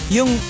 Yung